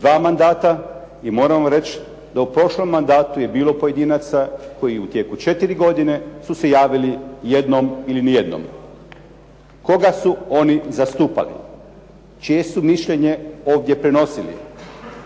dva mandata i moram vam reći da u prošlom mandatu je bilo pojedinaca koji u tijeku četiri godine su se javili jednom ili nijednom. Koga su oni zastupali, čije su mišljenje ovdje prenosili?